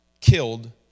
killed